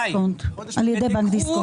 על ידי בנק דיסקונט.